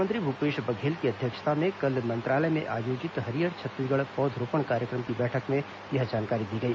मुख्यमंत्री भूपेश बघेल की अध्यक्षता में कल मंत्रालय में आयोजित हरियर छत्तीसगढ़ पौधरोपण कार्यक्रम की बैठक में यह जानकारी दी गई